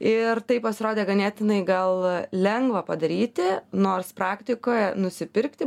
ir tai pasirodė ganėtinai gal lengva padaryti nors praktikoje nusipirkti